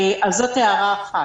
זאת הערה אחת.